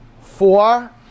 four